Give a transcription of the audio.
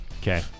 Okay